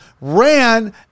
ran